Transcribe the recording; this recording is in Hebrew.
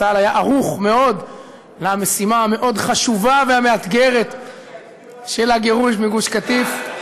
צה"ל היה ערוך מאוד למשימה המאוד-חשובה ומאתגרת של הגירוש מגוש קטיף,